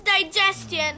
digestion